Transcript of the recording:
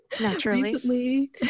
Naturally